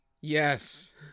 Yes